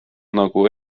nagu